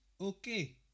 okay